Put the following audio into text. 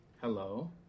Hello